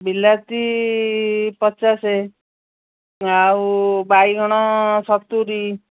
ବିଲାତି ପଚାଶ ଆଉ ବାଇଗଣ ସତୁରି